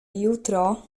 jutro